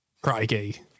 Crikey